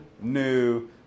new